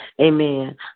Amen